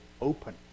open